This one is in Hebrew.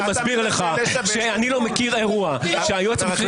אני מסביר לך שאני לא מכיר אירוע שהיועץ המשפטי